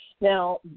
Now